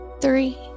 three